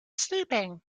sleeping